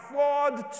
afford